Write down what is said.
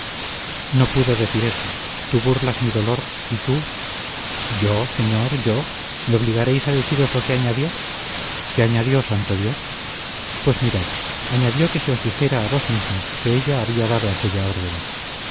no pudo decir eso tú burlas mi dolor y tú yo señor yo me obligaréis a deciros lo que añadió qué añadió santo dios pues mirad añadió que se os dijera a vos mismo que ella había dado aquella orden